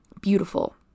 beautiful